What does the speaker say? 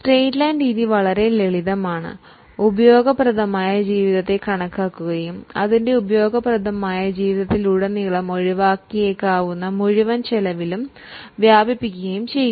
straight line രീതി വളരെ ലളിതമാണ് നമ്മൾ ഉപയോഗപ്രദമായ ആയുസ്സു നിർണ്ണയിക്കുകയും ഡിപ്രീസിയേഷൻ ചെലവ് അതിന്റെ ഉപയോഗപ്രദമായ ആയുസ്സിലുടനീളം വ്യാപിക്കുകയും ചെയ്യുന്നു